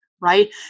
Right